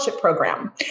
Program